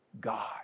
God